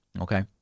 Okay